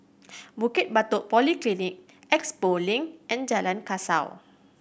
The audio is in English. Bukit Batok Polyclinic Expo Link and Jalan Kasau